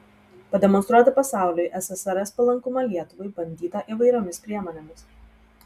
pademonstruoti pasauliui ssrs palankumą lietuvai bandyta įvairiomis priemonėmis